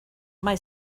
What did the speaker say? mae